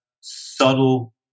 subtle